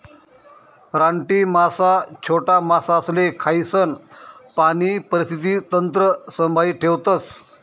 रानटी मासा छोटा मासासले खायीसन पाणी परिस्थिती तंत्र संभाई ठेवतस